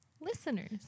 listeners